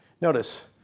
Notice